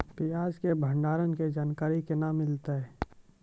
प्याज के भंडारण के जानकारी केना मिलतै?